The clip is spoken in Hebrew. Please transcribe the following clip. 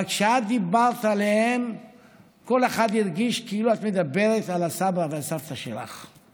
אבל כשאת דיברת עליהם כל אחד הרגיש כאילו את מדברת על הסבא והסבתא שלך.